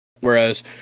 whereas